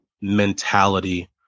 mentality